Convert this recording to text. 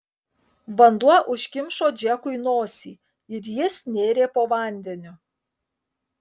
vanduo užkimšo džekui nosį ir jis nėrė po vandeniu